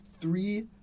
three